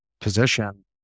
position